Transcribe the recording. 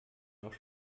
noch